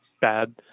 bad